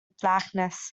blackness